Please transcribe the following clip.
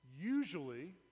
usually